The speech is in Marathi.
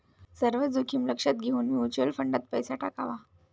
सर्व जोखीम लक्षात घेऊन म्युच्युअल फंडात पैसा टाकावा